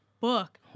book